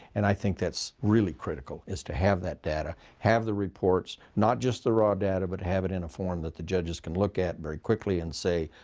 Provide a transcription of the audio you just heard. and i think that's really critical is to have that data, have the reports, not just the raw data but to have it in a form that the judges can look at very quickly and say,